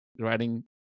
writing